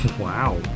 wow